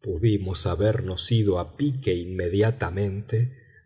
pudimos habernos ido a pique inmediatamente